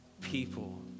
people